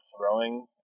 throwing